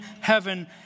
heaven